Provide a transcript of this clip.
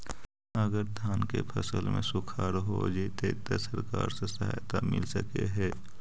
अगर धान के फ़सल में सुखाड़ होजितै त सरकार से सहायता मिल सके हे?